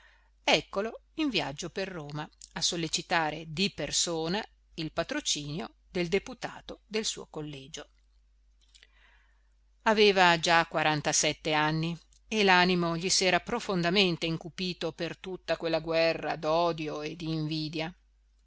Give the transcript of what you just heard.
eccolo in viaggio per roma a sollecitare di persona il patrocinio del deputato del suo collegio aveva già quarantasette anni e l'animo gli s'era profondamente incupito per tutta quella guerra d'odio e di invidia